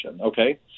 okay